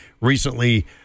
recently